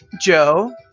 Joe